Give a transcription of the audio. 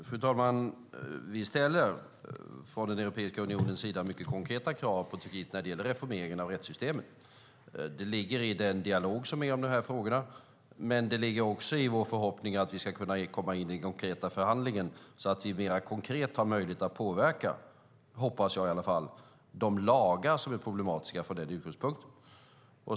Fru talman! Vi ställer från Europeiska unionens sida mycket konkreta krav på Turkiet när det gäller reformeringen av rättssystemet. Det ligger i dialogen om de här frågorna, men det ligger också i vår förhoppning om att vi ska kunna komma in i förhandlingen så att vi mer konkret har möjlighet att påverka, hoppas jag i alla fall, de lagar som är problematiska från den utgångspunkten.